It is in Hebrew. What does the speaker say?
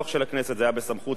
זה היה בסמכות שר האוצר,